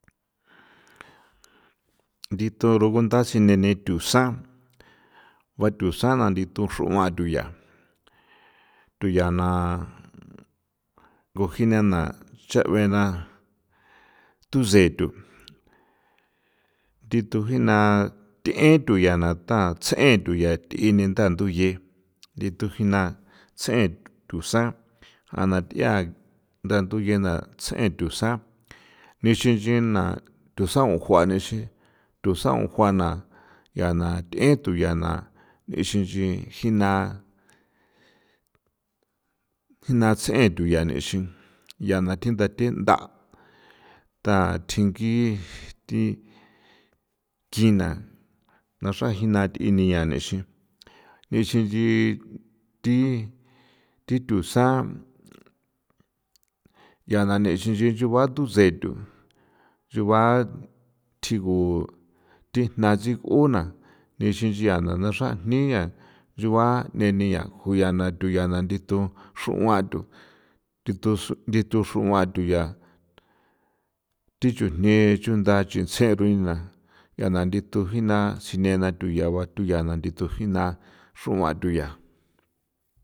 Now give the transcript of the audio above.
Ndithu rugunda sine ni thunsan, gua thunsan na ndithu xruan thuya thuya na nguji nena cha'bena thu sethu thithu jina th'etuya na tha tsje thuya th'ina nda nduye ndithu jina ts'en thunsan a na th'ia nda nduyena ts'en tusan nixin nchi na thusan o jua nexi tusan ojuana ya na th'e thuya na nixi nchi jina jina ts'en thuya nixin yana thendathe nda' ta thjingi thi kina naxra jina th'ini ya nexin nixin nchi thi thi tusan ya na nixin nchi nchuba tusen thu nchuba tjigu thi jna chik'una nixi nchiana naxra jnia chuba neni nkjuya thuya na ndithu xruan thu ndithu ndithu xruan thuya thi chujni chunda nchisen ruina ya na ndithu jina sinena thuya gua thuya na ndithu jina xruan thuya.